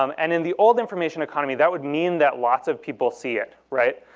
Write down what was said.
um and in the old information economy that would mean that lots of people see it, right?